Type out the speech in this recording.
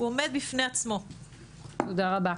תודה רבה.